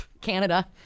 canada